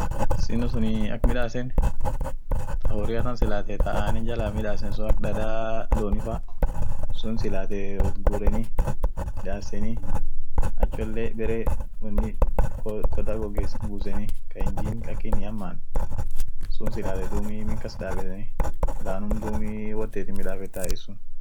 Sushi, sushi sunii ak midaasen gara gar wora, midanii midan sukarian wolkasdareni iyo sood dikeyoonen wotdareni iyoo won dibi won ak foonifa, suunen itdareni akas midaasenie foonif iyoo won ak kola kanyaatenfa, vegetable dibi itdareni akasiin midaasenie ishi gar wora